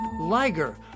Liger